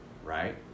Right